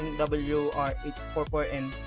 w r eight four four n